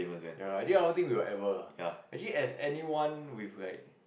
ya I think all thing will ever actually as anyone with like